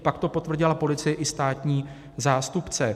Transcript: Pak to potvrdila policie i státní zástupce.